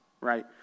right